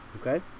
Okay